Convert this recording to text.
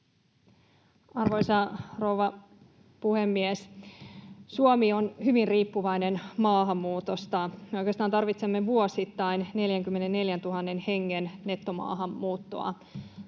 Arvoisa rouva puhemies! Suomi on hyvin riippuvainen maahanmuutosta. Me oikeastaan tarvitsemme vuosittain 44 000 hengen nettomaahanmuuttoa.